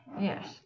Yes